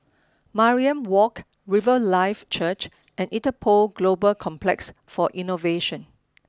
Mariam Walk Riverlife Church and Interpol Global Complex for Innovation